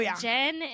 Jen